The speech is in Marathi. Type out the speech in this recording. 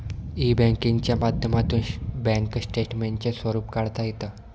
ई बँकिंगच्या माध्यमातून बँक स्टेटमेंटचे स्वरूप काढता येतं